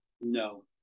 no